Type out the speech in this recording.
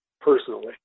personally